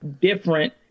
different